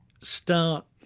start